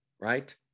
right